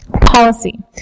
Policy